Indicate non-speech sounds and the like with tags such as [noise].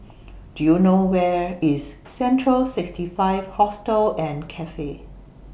Do YOU know Where IS [noise] Central SixtyFive Hostel and Cafe